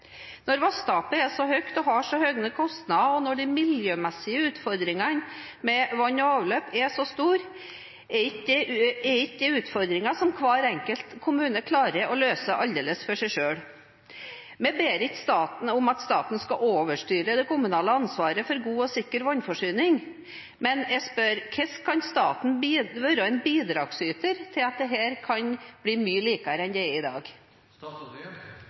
Når vanntapet er så stort, med så høye kostnader, og når de miljømessige utfordringene med vann og avløp er så store, er ikke det utfordringer som hver enkelt kommune klarer å løse aldeles alene. Vi ber ikke om at staten skal overstyre det kommunale ansvaret for god og sikker vannforsyning, men jeg spør: Hvordan kan staten være en bidragsyter til at dette kan bli mye bedre enn det er i